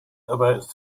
about